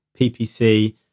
PPC